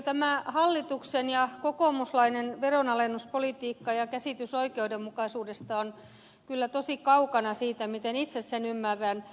tämä hallituksen kokoomuslainen veronalennuspolitiikka ja käsitys oikeudenmukaisuudesta on kyllä tosi kaukana siitä miten itse sen ymmärrän